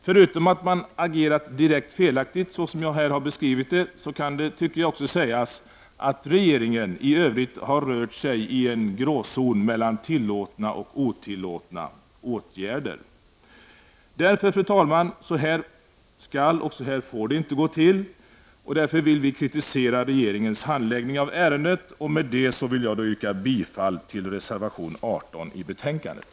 Förutom att man agerat direkt felaktigt, såsom jag beskrivit det, kan det också sägas att regeringen i övrigt har rört sig i en gråzon mellan tillåtna och otillåtna åtgärder. Fru talman! Så här skall och får det inte gå till, och därför vill vi kritisera regeringens handläggning av ärendet. Med detta vill jag yrka bifall till reservation 18 i betänkandet.